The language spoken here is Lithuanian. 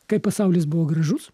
kai pasaulis buvo gražus